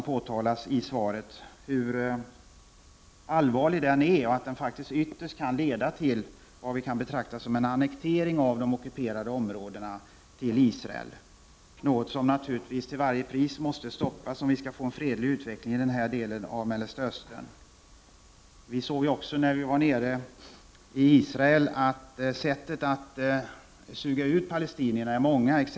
Den är allvarlig och kan ytterst leda till vad vi kan betrakta som en annektering från Israels sida av de ockuperade områdena, någonting som naturligtvis måste stoppas till varje pris om vi skall få en fredlig utveckling i denna del av Mellersta Östern. När vi var nere i Israelockuperat område såg vi att sätten att suga ut palestinierna är många.